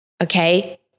Okay